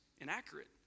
inaccurate